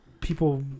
people